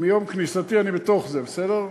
מיום כניסתי אני בתוך זה, בסדר?